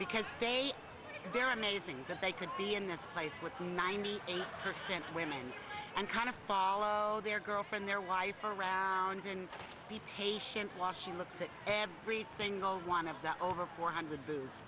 because they they're amazing that they could be in a place with ninety eight percent women and kind of follow their girlfriend their wife around and be patient while she looks at everything or one of the over four hundred b